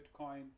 bitcoin